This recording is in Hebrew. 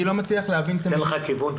אני לא מצליח להבין --- אני אתן לך כיוון,